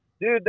Dude